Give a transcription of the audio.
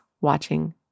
watching